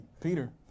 Peter